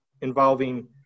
involving